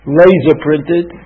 laser-printed